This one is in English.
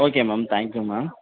okay ma'am thank you ma'am